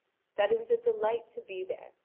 that it was a delight to be there,